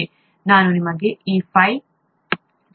ನಾನು ನಿಮಗೆ ಆ ಫೈಲ್ ತೋರಿಸುತ್ತೇನೆ